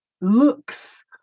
looks